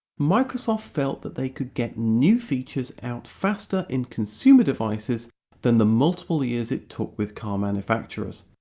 microsoft felt that they could get new features out faster in consumer devices than the multiple years it took with car manufacturers.